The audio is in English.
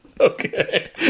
Okay